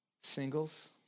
singles